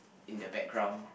in the background